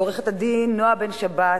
לעורכת-הדין נועה בן-שבת,